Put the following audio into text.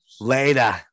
later